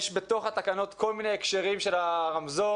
יש בתוך התקנות כל מיני הקשרים של הרמזור